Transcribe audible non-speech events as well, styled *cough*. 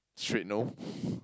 straight no *laughs*